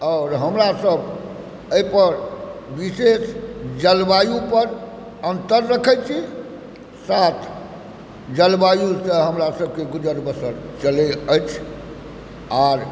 आओर हमरासब एहिपर विशेष जलवायुपर अन्तर रखै छी साथ जलवायुसँ हमरा सबके गुजर बसर चलै अछि आओर